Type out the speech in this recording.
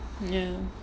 ya